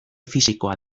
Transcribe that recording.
fisikoa